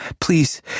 please